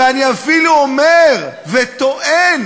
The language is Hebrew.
ואני אפילו אומר וטוען: